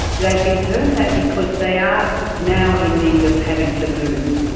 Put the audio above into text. they've been termed that because they are now in need of having to move.